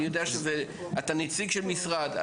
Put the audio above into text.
אני יודע שאתה נציג של משרד,